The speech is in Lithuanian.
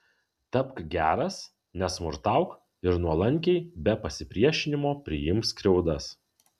tapk geras nesmurtauk ir nuolankiai be pasipriešinimo priimk skriaudas